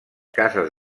cases